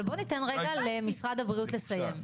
אבל בוא ניתן רגע למשרד הבריאות לסיים.